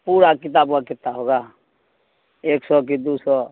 پورا کتاب کتنا ہوگا ایک سو کے دو سو